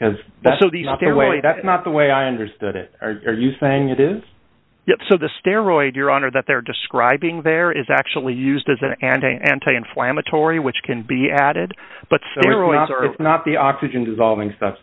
that's not the way i understood it are you saying it is so the steroids your honor that they're describing there is actually used as an anti anti inflammatory which can be added but not the oxygen dissolving stuff